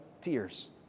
tears